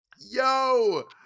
Yo